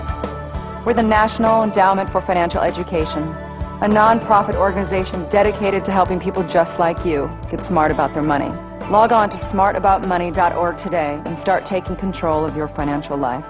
with the national endowment for financial education a nonprofit organization dedicated to helping people just like you get smart about their money log on to smart about money dot org today and start taking control of your financial life